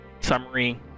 Summary